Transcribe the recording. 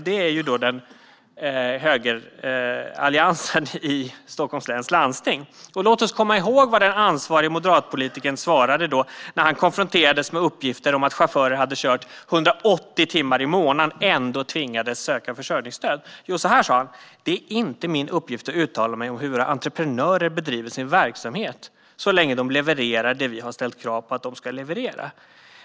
Det är högeralliansen i Stockholms läns landsting. Låt oss komma ihåg vad den ansvarige moderatpolitikern svarade när han konfronterades med uppgifter om att chaufförer hade kört 180 timmar i månaden och ändå tvingades söka försörjningsstöd. Han sa: Det är inte min uppgift att uttala mig om hur våra entreprenörer bedriver sin verksamhet så länge de levererar det vi har ställt krav på att de ska leverera.